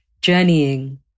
journeying